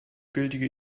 gültige